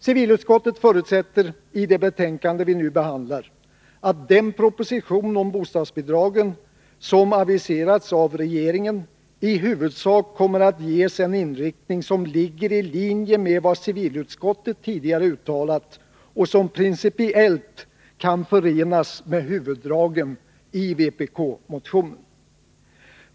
Civilutskottet förutsätter i det betänkande vi nu behandlar att den proposition om bostadsbidragen som aviserats av regeringen i huvudsak kommer att ges en inriktning som ligger i linje med vad civilutskottet tidigare har uttalat och som principiellt kan förenas med huvuddragen i vpkmotionen.